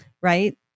right